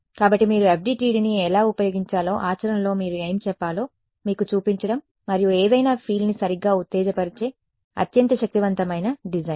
కాబట్టి మీరు FDTDని ఎలా ఉపయోగించాలో ఆచరణలో మీరు ఏమి చెప్పాలో మీకు చూపించడం మరియు ఏదైనా ఫీల్డ్ని సరిగ్గా ఉత్తేజపరిచే అత్యంత శక్తివంతమైన డిజైన్